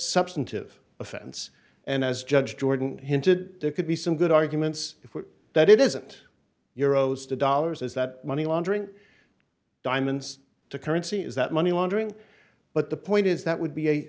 substantive offense and as judge jordan hinted there could be some good arguments that it isn't uro's to dollars as that money laundering diamonds the currency is that money laundering but the point is that would be a